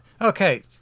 Okay